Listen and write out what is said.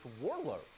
warlord